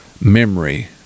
memory